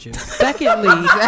Secondly